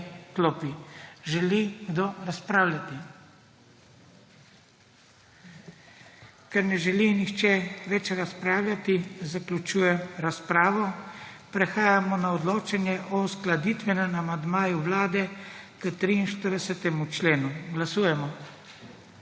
e-klopi. Želi kdo razpravljati? Ker ne želi nihče več razpravljati zaključujem razpravo. Prehajamo na odločanje o uskladitvenem amandmaju Vlade k 43. členu. Glasujemo.